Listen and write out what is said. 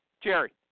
Jerry